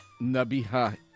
Nabiha